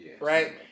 right